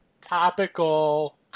Topical